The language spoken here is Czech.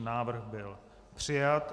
Návrh byl přijat.